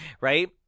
Right